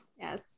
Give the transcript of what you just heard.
Yes